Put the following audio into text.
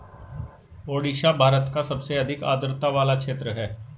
ओडिशा भारत का सबसे अधिक आद्रता वाला क्षेत्र है